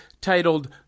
titled